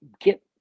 get